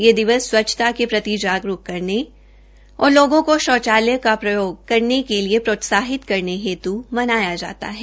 यह दिवस स्वच्छत के प्रति जागरूकता करने और लोगों को शौचालय का प्रयोग करने के लिए प्रोत्साहित करने हेतु मनाया जाता है